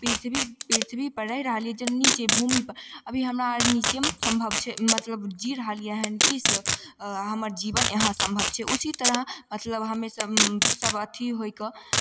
पृथ्वी पृथ्वीपर रहि रहलियै जननी जन्मभूमिपर अभी हमरा अर नीचेमे सम्भव छै मतलब जी रहलियै हन कि से हमर जीवन यहाँ सम्भव छै उसी तरह मतलब हम्मेसभ सभ अथी होय कऽ